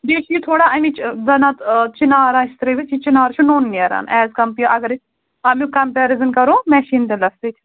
بیٚیہِ چھُ یہِ تھوڑا اَمِچ زَنت چِنار آسہِ ترٛٲوِتھ یہِ چِنار چھُ نوٚن نیران ایٚز کَمپِیٲرڈ اگر أسۍ اَمیُک کَمپیرزَن کَرو میشیٖن تِلَس سۭتۍ